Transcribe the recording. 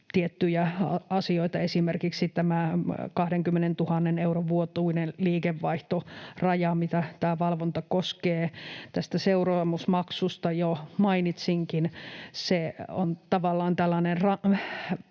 tiettyjä asioita, esimerkiksi tämä 20 000 euron vuotuinen liikevaihtoraja, mitä tämä valvonta koskee. Tästä seuraamusmaksusta jo mainitsinkin, se on tavallaan tällainen